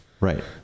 right